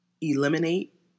eliminate